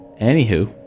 Anywho